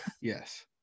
Yes